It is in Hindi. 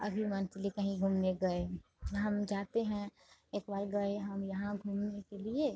अभी मंथली कहीं घूमने गए हम जाते हैं एक बार गए हम यहाँ घूमने के लिए